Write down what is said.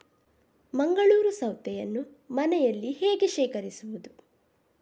ಮಂಗಳೂರು ಸೌತೆಯನ್ನು ಮನೆಯಲ್ಲಿ ಹೇಗೆ ಶೇಖರಿಸುವುದು?